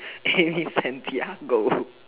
Amy-Santiago